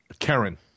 Karen